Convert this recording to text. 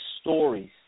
stories